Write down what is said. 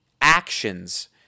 actions –